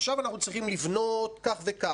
עכשיו אנחנו צריכים לבנות כך וכך,